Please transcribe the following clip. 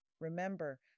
Remember